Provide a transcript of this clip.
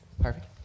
Perfect